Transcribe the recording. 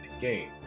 game